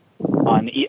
On